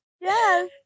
Yes